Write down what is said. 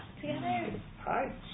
Hi